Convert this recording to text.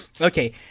Okay